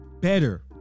better